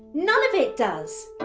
none of it does.